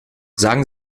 sagen